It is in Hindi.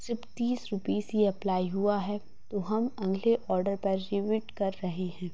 सिर्फ़ तीस रुपीस ही अप्लाई हुआ है तो हम अगले ऑर्डर पर रेवीट कर रहे हैं